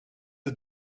the